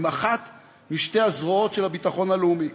הם אחת משתי הזרועות של הביטחון הלאומי.